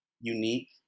unique